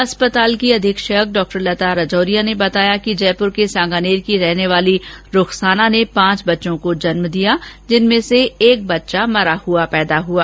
अस्पताल की अधीक्षक डॉ लता राजौरिया ने बताया कि जयपुर के सांगानेर की रहने वाली रूखसाना ने पांच बच्चों को जन्म दिया जिनमें से एक बच्चा मृत पैदा हुआ